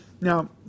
Now